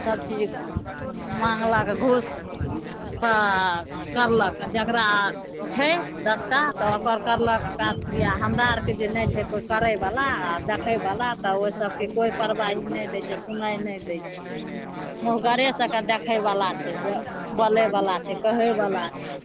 सबचीज माँगलक घुस तऽ कयलक जकरा छै दस टा तऽ ओकर कयलक काज किरिया हमरा आरके जे नहि छै कोइ करै बला देखै बला तऽ ओहि सबके कोइ परवाही नहि दै छै सुनाइ नहि दै छै मुँहगरे सबके देखै बला छै बोलै बला छै कहै बला छै